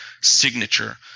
signature